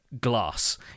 glass